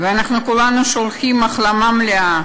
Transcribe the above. ואנחנו כולנו שולחים איחולי החלמה מלאה